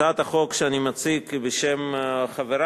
הצעת החוק שאני מציג היא בשם חברי.